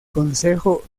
consejo